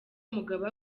mugabe